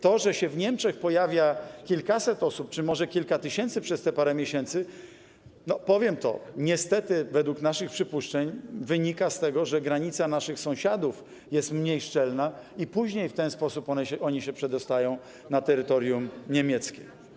To, że się w Niemczech pojawiło kilkaset czy może kilka tysięcy osób przez te parę miesięcy, powiem to, niestety według naszych przypuszczeń wynika z tego, że granica naszych sąsiadów jest mniej szczelna i później w ten sposób one się przedostają na terytorium niemieckie.